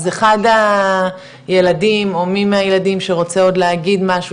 אז אחד הילדים או מי מהילדים שרוצה עוד להגיש משהו